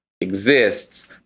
exists